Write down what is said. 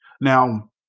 Now